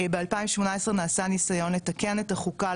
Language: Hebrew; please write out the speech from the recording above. ב- 2018 נעשה ניסיון לתקן את החוקה,